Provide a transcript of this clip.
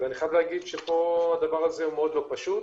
ואני חייב להגיד שהדבר הזה מאוד לא פשוט